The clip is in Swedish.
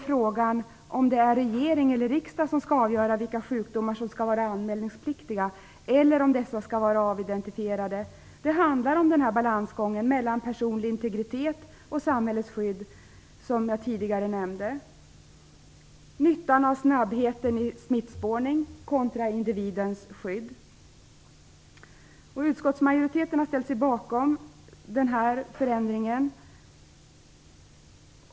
Frågan om det är regering eller riksdag som skall avgöra vilka sjukdomar som skall vara anmälningspliktiga eller om dessa skall vara avidentifierade handlar om balansgången mellan personlig integritet och samhällets skydd, som jag tidigare nämnde. Det handlar om nyttan av snabbheten i smittspårningen kontra individens skydd. Utskottsmajoriteten har ställt sig bakom den här förändringen.